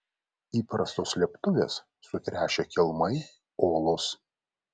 įprastos slėptuvės sutręšę kelmai olos